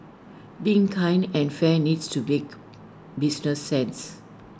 being kind and fair needs to make business sense